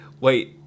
wait